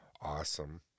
awesome